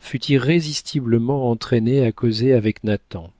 fut irrésistiblement entraînée à causer avec nathan